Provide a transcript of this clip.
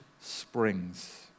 springs